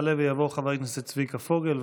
יעלה ויבוא חבר הכנסת צביקה פוגל,